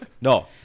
No